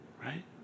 Right